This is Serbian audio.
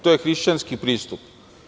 To je hrišćanski pristup.